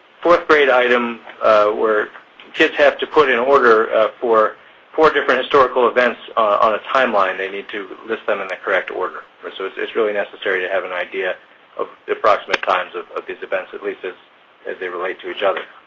fourth-grade item where kids have to put in order four four different historical events on a timeline. they need to list them in the correct order. so it's it's really necessary to have an idea of approximate times of of these events, as least as as they relate to each other.